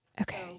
Okay